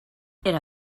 era